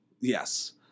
Yes